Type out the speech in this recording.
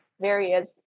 various